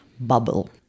bubble